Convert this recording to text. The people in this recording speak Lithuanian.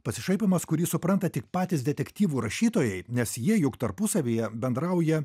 pasišaipymas kurį supranta tik patys detektyvų rašytojai nes jie juk tarpusavyje bendrauja